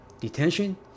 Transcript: detention